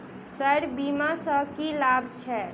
Sir बीमा सँ की लाभ छैय?